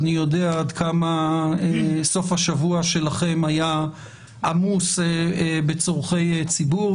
אני יודע עד כמה סוף השבוע שלכם היה עמוס בצורכי ציבור,